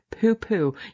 Poo-poo